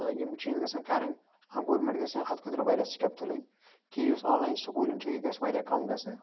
یِم چیٖنٛز گَژھَن کَرٕنۍ اکھ گورمنٹ گَژھِ اتھ خٲطرٕ واریاہ سٹیٚپ تُلٕنۍ کہِ یُس آن لاین سُکوٗلِنٛگ چھ سُہ گَژھِ واریاہ کم گَژھٕنۍ